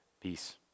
Peace